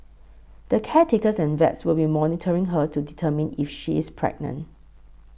the caretakers and vets will be monitoring her to determine if she is pregnant